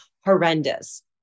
horrendous